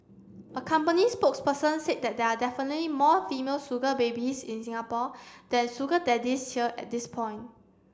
a company spokesperson said they there are definitely more female sugar babies in Singapore than sugar daddies here at this point